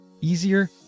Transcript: easier